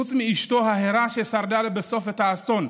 חוץ מאשתו ההרה, ששרדה לבסוף את האסון,